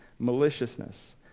maliciousness